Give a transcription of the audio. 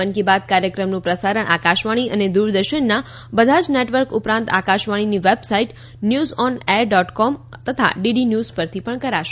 મન કી બાત કાર્યક્રમનું પ્રસારણ આકાશવાણી અને દ્રરદર્શનના બધા જ નેટવર્ક ઉપરાંત આકાશવાણીની website news on air dot com DD news પરથી પણ કરાશે